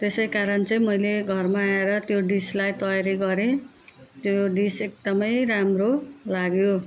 त्यसै कारण चाहिँ मैले घरमा आएर त्यो डिसलाई तयारी गरेँ त्यो डिस एकदमै राम्रो लाग्यो